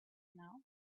now